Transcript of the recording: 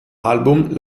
album